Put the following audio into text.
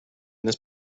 this